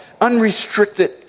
unrestricted